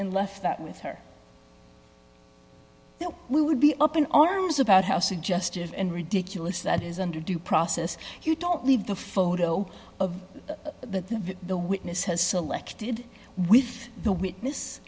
and left that with her you know we would be up in arms about how suggestive and ridiculous that is under due process you don't leave the photo of the the witness has selected with the witness